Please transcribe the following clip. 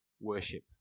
worship